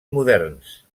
moderns